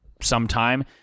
sometime